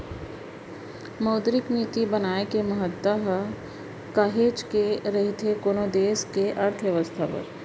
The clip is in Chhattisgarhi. मौद्रिक नीति बनाए के महत्ता ह काहेच के रहिथे कोनो देस के अर्थबेवस्था बर